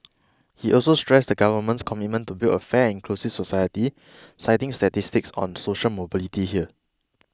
he also stressed the government's commitment to build a fair and inclusive society citing statistics on social mobility here